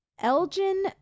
Elgin